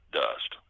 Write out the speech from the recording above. dust